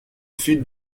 fit